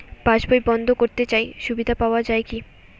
পাশ বই বন্দ করতে চাই সুবিধা পাওয়া যায় কি?